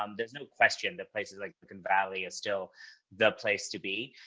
um there's no question that places like silicon valley are still the place to be,